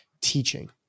teaching